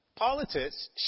Politics